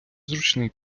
зручний